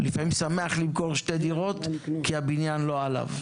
לפעמים הוא שמח למכור שתי דירות כי הבניין לא עליו.